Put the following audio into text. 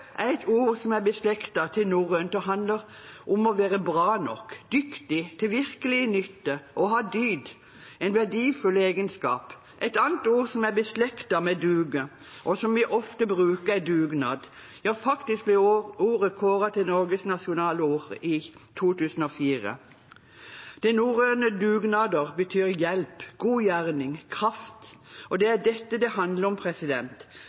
er et ord som stammer fra norrønt og handler om å være bra nok – dyktig, til virkelig nytte, å ha dyd: en verdifull egenskap. Et annet ord som er beslektet med «duge», og som vi ofte bruker, er «dugnad». Ja, faktisk ble ordet kåret til Norges nasjonalord i 2004. Det norrøne «dugnaðr» betyr hjelp, god gjerning, kraft, og det er dette det handler om.